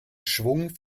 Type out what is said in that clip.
schwung